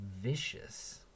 vicious